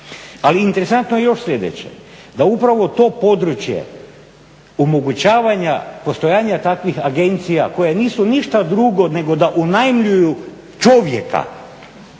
Ali interesantno je još sljedeće, da upravo to područje omogućavanja postojanja takvih agencija koje nisu ništa drugo nego da unajmljuju čovjeka,